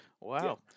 wow